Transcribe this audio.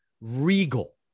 regal